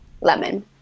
Lemon